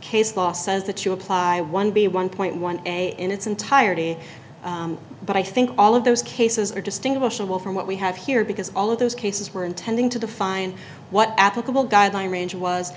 case law says that you apply one b one point one in its entirety but i think all of those cases are distinguishable from what we have here because all of those cases were intending to define what applicable guideline range was